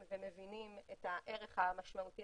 מבינים את הערך ומסכימים לערך המשמעותי